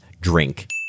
drink